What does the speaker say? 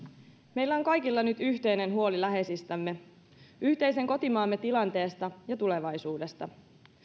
meillä on kaikilla nyt yhteinen huoli läheisistämme yhteisen kotimaamme tilanteesta ja tulevaisuudesta